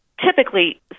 typically